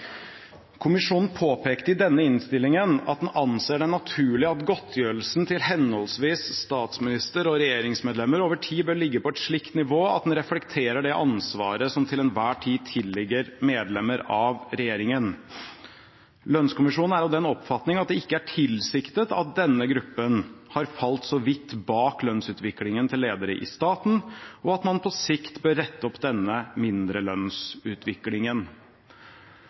regjeringsmedlemmer over tid bør ligge på et slikt nivå at den reflekterer det ansvaret som til enhver tid tilligger medlemmer av regjeringen. Lønnskommisjonen er av den oppfatning at det ikke er tilsiktet at denne gruppen har falt så vidt bak lønnsutviklingen til ledere i staten, og at man på sikt bør rette opp denne